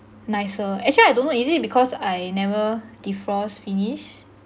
nicer actually I don't know is it because I never defrost finish